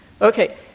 Okay